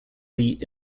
seat